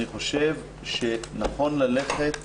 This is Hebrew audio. אני חושב שנכון ללכת